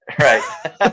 Right